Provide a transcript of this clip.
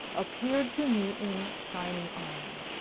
appeared to me in shining armour.